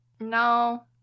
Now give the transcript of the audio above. No